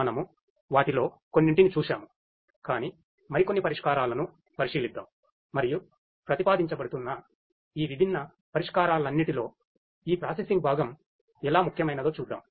మనము వాటిలో కొన్నింటిని చూశాము కాని మరికొన్ని పరిష్కారాలను పరిశీలిద్దాం మరియు ప్రతిపాదించబడుతున్న ఈ విభిన్న పరిష్కారాలన్నిటిలో ఈ ప్రాసెసింగ్ భాగం ఎలా ముఖ్యమైనదో చూద్దాం